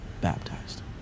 baptized